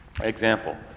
Example